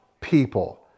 people